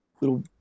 little